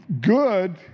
good